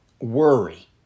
worry